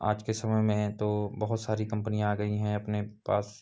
आज के समय में तो बहुत सारी कम्पनियाँ आ गई है अपने पास